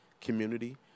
community